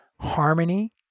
Harmony